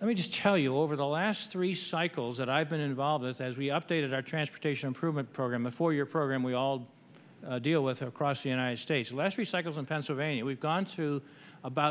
let me just tell you over the last three cycles that i've been involved with as we updated our transportation improvement program a four year program we all deal with across the united states less recycle in pennsylvania we've gone through about